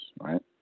right